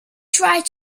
tried